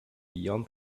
beyond